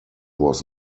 was